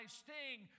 sting